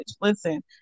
listen